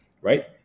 right